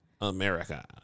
America